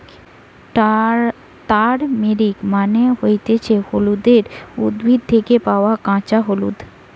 turmeric মানে হতিছে হলুদের উদ্ভিদ থেকে পায়া কাঁচা হলুদ